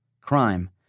crime